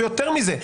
ויותר מזה,